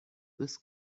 this